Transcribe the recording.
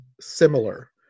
similar